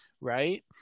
right